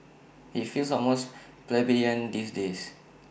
IT feels almost plebeian these days